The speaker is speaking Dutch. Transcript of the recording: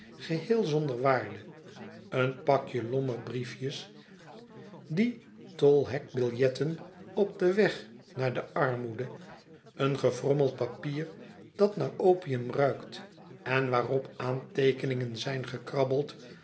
geheel zonder waarde een pakje lommerdbriefjes die tolhekbiljetten op den weg naar de armoede een gefrommeld papier dat naar opium ruikt en waarop aanteekeningen zijn gekrabbeld